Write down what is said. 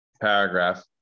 paragraph